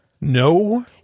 No